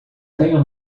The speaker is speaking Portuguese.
tenho